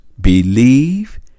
believe